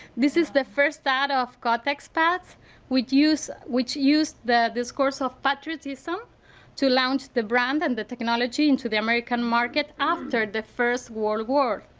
this is the first ad of kotex pads which used which used the discourse of patriotism to launch the brand and the technology into the american market after the first world war.